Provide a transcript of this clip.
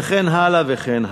וכן הלאה.